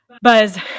Buzz